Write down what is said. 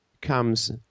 comes